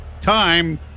time